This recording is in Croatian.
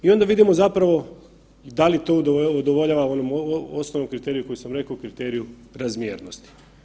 I onda vidimo zapravo da li to udovoljava onom osnovom kriteriju koji sam rekao, kriteriju razmjernosti.